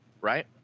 Right